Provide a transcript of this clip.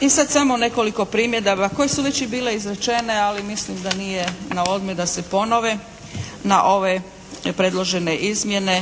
I sada samo nekoliko primjedaba koje su već i bile izrečene ali mislim da nije naodmet da se ponove na ove predložene izmjene